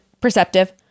Perceptive